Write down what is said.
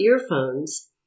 earphones